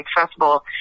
accessible